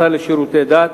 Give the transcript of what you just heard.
לשר לשירותי דת,